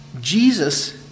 Jesus